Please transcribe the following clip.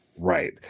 right